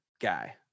guy